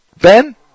Ben